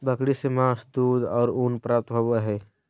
बकरी से मांस, दूध और ऊन प्राप्त होबय हइ